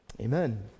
amen